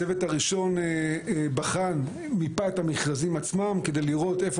הצוות הראשון בחן ומיפה את המכרזים עצמם כדי לראות איפה